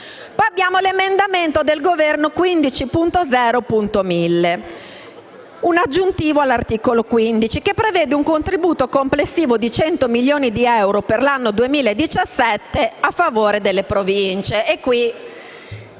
abbiamo l'emendamento del Governo 15.0.1000, un aggiuntivo all'articolo 15, che prevede un contributo complessivo di 100 milioni di euro per l'anno 2017 a favore delle Province